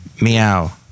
Meow